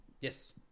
Yes